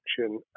action